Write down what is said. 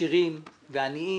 לעשירים ועניים,